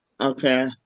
Okay